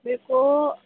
دیکھو